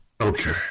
okay